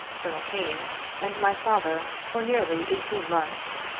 col. kane and my father for nearly eighteen months.